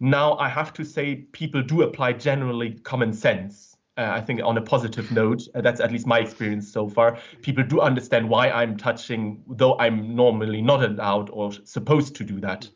now i have to say people do apply generally common sense, i think, on a positive note, that's at least my experience so far. people do understand why i'm touching, though i'm normally not allowed or supposed to do that